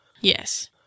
Yes